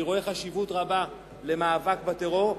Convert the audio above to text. אני רואה חשיבות רבה במאבק בטרור,